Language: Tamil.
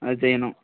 அது செய்யணும்